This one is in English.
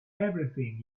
everything